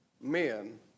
men